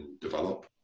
develop